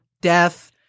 Death